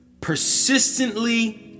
Persistently